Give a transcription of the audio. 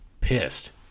pissed